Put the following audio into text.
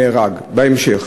נהרג בהמשך.